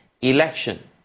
election